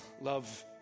love